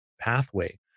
pathway